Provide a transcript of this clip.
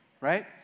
Right